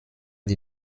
die